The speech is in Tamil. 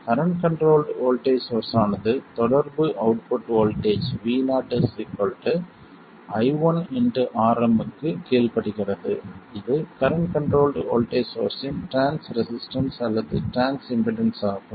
கரண்ட் கண்ட்ரோல்ட் வோல்ட்டேஜ் சோர்ஸ் ஆனது தொடர்பு output voltage Vo ii Rm க்குக் கீழ்ப்படிகிறது இது கரண்ட் கண்ட்ரோல்ட் வோல்ட்டேஜ் சோர்ஸ்ஸின் டிரான்ஸ் ரெசிஸ்டன்ஸ் அல்லது டிரான்ஸ் இம்பிடன்ஸ் ஆகும்